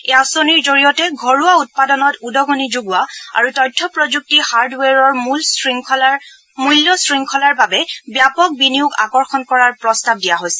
এই আঁচনিৰ জৰিয়তে ঘৰুৱা উৎপাদনত উদগনি যোগোৱা আৰু তথ্য প্ৰযুক্তি হাৰ্ডৱেৰৰ মূল্য শৃংখলাৰ বাবে ব্যাপক বিনিয়োগ আকৰ্ষণ কৰাৰ প্ৰস্তাৱ দিয়া হৈছে